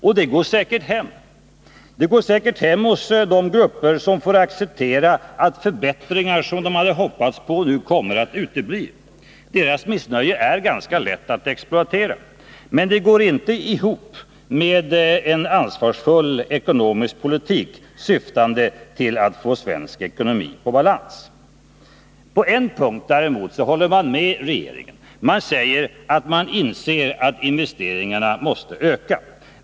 Och det går säkert hem hos de grupper som får acceptera att förbättringar som de hade hoppats på nu kommer att utebli. Deras missnöje är ganska lätt att exploatera. Men det går inte ihop med en ansvarsfull ekonomisk politik, syftande till att få svensk ekonomi i balans. På en punkt håller man däremot med regeringen. Man säger att man inser att investeringarna måste öka.